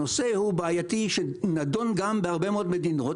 הנושא הוא בעייתי והוא נדון גם בהרבה מאוד מדינות,